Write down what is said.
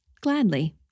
Gladly